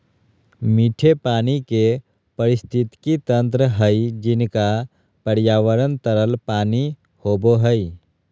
मीठे पानी के पारिस्थितिकी तंत्र हइ जिनका पर्यावरण तरल पानी होबो हइ